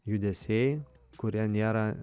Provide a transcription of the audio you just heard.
judesiai kurie nėra